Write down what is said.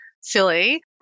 silly